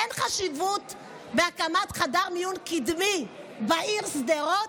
אין חשיבות בהקמת חדר מיון קדמי בעיר שדרות?